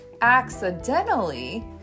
accidentally